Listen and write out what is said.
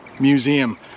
museum